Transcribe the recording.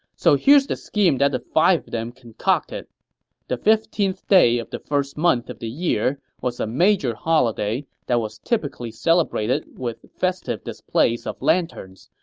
so here's the scheme that the five of them concocted the fifteenth day of the first month of the year was a major holiday that was typically celebrated with festive displays of lanterns,